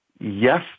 yes